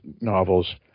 novels